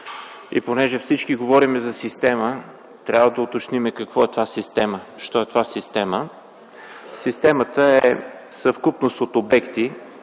и понеже всички говорим за система, трябва да уточним какво е това система. Системата е съвкупност от обекти,